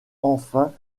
enfin